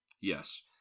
Yes